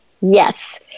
yes